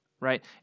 Right